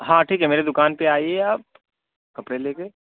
ہاں ٹھیک ہے میری دکان پہ آئیے آپ کپڑے لے کے